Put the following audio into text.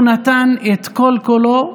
הוא נתן את כל-כולו,